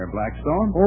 Blackstone